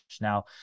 Now